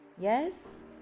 yes